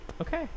Okay